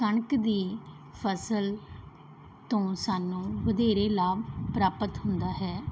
ਕਣਕ ਦੀ ਫਸਲ ਤੋਂ ਸਾਨੂੰ ਵਧੇਰੇ ਲਾਭ ਪ੍ਰਾਪਤ ਹੁੰਦਾ ਹੈ